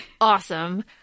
awesome